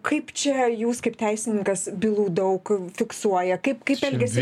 kaip čia jūs kaip teisininkas bylų daug fiksuoja kaip kaip elgiasi